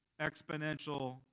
exponential